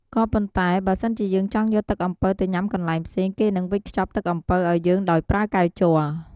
ក៏ប៉ុន្តែបើសិនជាយើងចង់យកទឹកអំពៅទៅញុាំកន្លែងផ្សេង គេនឹងវេចខ្ចប់ទឹកអំពៅឱ្យយើងដោយប្រើកែវជ័រ។